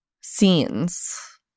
scenes